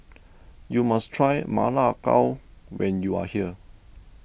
you must try Ma Lai Gao when you are here